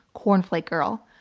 cornflake girl,